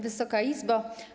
Wysoka Izbo!